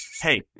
Hey